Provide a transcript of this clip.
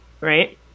right